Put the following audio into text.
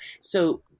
So-